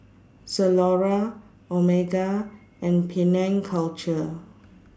Zalora Omega and Penang Culture